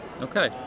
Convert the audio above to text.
Okay